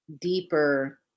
deeper